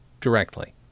directly